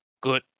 Good